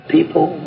People